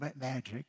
magic